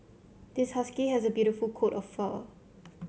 this husky has a beautiful coat of fur